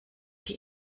die